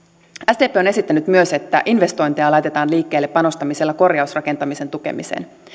sdp on esittänyt myös että investointeja laitetaan liikkeelle panostamisella korjausrakentamisen tukemiseen